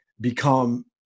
become